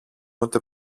ούτε